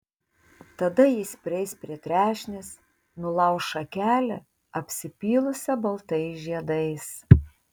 tada jis prieis prie trešnės nulauš šakelę apsipylusią baltais žiedais